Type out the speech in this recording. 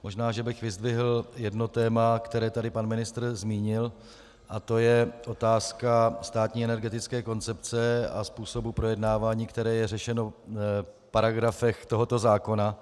Možná bych vyzdvihl jedno téma, které tady pan ministr zmínil, a to je otázka státní energetické koncepce a způsobu projednávání, které je řešeno v paragrafech tohoto zákona.